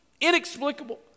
inexplicable